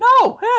no